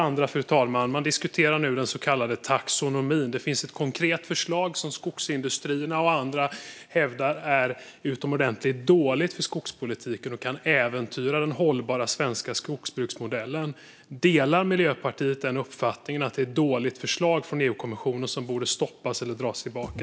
Vidare diskuteras nu den så kallade taxonomin. Det finns ett konkret förslag som Skogsindustrierna och andra hävdar är utomordentligt dåligt för skogspolitiken och kan äventyra den hållbara svenska skogsbruksmodellen. Delar Miljöpartiet uppfattningen att det är ett dåligt förslag från EU-kommissionen som borde stoppas eller dras tillbaka?